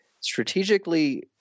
strategically